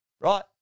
right